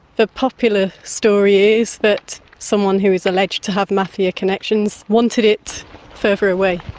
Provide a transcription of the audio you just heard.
the popular story is that someone who is alleged to have mafia connections wanted it further away.